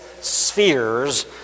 spheres